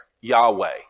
Yahweh